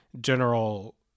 general